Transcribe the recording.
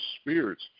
spirits